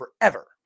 forever